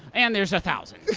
and there's a thousand.